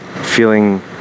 feeling